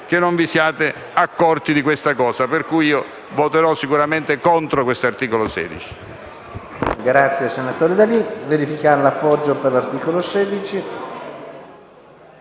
che non vi siate accorti di questa cosa. Pertanto voterò sicuramente contro l'articolo 16.